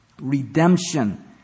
Redemption